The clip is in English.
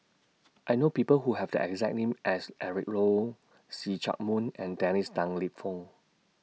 I know People Who Have The exact name as Eric Low See Chak Mun and Dennis Tan Lip Fong